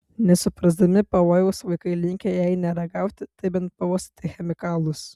nesuprasdami pavojaus vaikai linkę jei ne ragauti tai bent pauostyti chemikalus